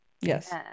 yes